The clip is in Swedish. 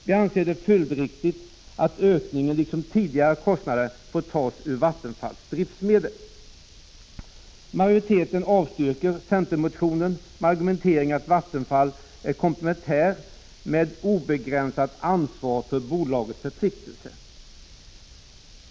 Vi anser det följdriktigt att ökningen liksom Zoom o sr tidigare kostnader får tas ur Vattenfalls driftsmedel. Majoriteten avstyrker centermotionen med argumenteringen att Vattenfall är komplementär med obegränsat ansvar för bolagets förpliktelser.